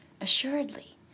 Assuredly